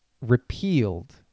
repealed